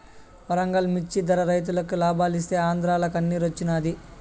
వరంగల్ మిచ్చి ధర రైతులకి లాబాలిస్తీ ఆంద్రాల కన్నిరోచ్చినాది